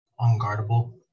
unguardable